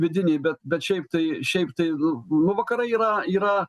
vidiniai bet bet šiaip tai šiaip tai nu vakarai yra yra